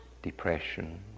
depression